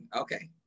okay